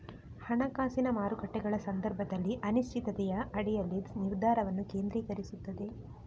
ಹಣಕಾಸಿನ ಮಾರುಕಟ್ಟೆಗಳ ಸಂದರ್ಭದಲ್ಲಿ ಅನಿಶ್ಚಿತತೆಯ ಅಡಿಯಲ್ಲಿ ನಿರ್ಧಾರವನ್ನು ಕೇಂದ್ರೀಕರಿಸುತ್ತದೆ